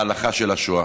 השואה.